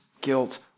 guilt